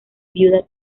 viuda